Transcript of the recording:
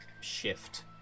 shift